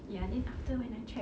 ya then after when I check